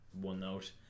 one-note